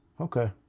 Okay